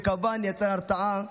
וכמובן את ההרתעה,